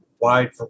wide